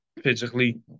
physically